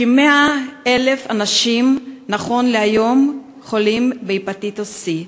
כ-100,000 אנשים, נכון להיום, חולים בהפטיטיס C,